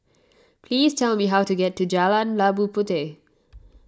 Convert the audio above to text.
please tell me how to get to Jalan Labu Puteh